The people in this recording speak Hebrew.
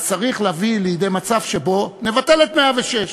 אז צריך להביא לידי מצב שבו נבטל את 106,